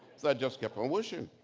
so i just kept on wishing.